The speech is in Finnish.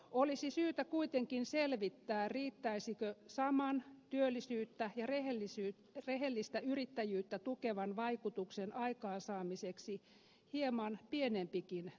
olisi syytä kuitenkin selvittää riittäisikö saman työllisyyttä ja rehellistä yrittäjyyttä tukevan vaikutuksen aikaansaamiseksi hieman pienempikin tuki